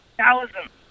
thousands